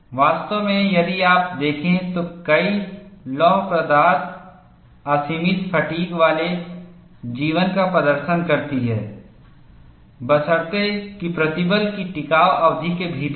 वास्तव में यदि आप देखें तो कई लौह पदार्थ असीमित फ़ैटिग् वाले जीवन का प्रदर्शन करती हैं बशर्ते कि प्रतिबल टिकाव अवधि के भीतर हो